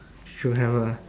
should have ah